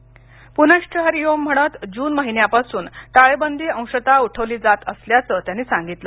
प्नश्व हरीओम म्हणत जून महिन्यापासून टाळेबंदी अंशतः उठवली जात असल्याचं त्यांनी सांगितलं